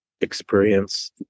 experience